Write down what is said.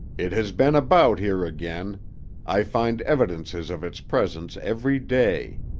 it has been about here again i find evidences of its presence every day.